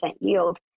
yield